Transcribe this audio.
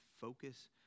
focus